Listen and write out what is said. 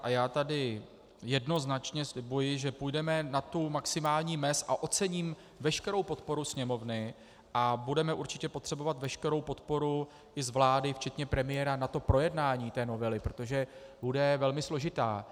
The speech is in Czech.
A já tady jednoznačně slibuji, že půjdeme na tu maximální mez, a ocením veškerou podporu Sněmovny a budeme určitě potřebovat veškerou podporu i z vlády, včetně premiéra, na projednání té novely, protože bude velmi složitá.